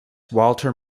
walter